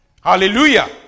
hallelujah